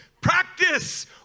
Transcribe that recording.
practice